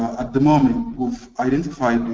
at the moment we've identified,